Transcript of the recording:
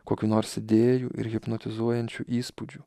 kokių nors idėjų ir hipnotizuojančių įspūdžių